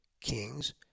kings